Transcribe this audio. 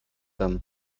them